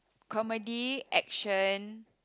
comedy action